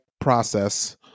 process